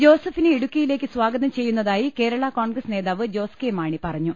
ജോസഫിനെ ഇടുക്കിയിലേക്ക് സ്ഥാഗതം ചെയ്യുന്നതായി കേരളാ കോൺഗ്രസ് നേതാവ് ജോസ് കെ മാണി പറഞ്ഞു